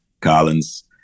Collins